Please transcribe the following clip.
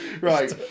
Right